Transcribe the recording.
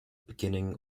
beginning